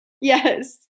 Yes